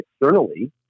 externally